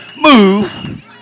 move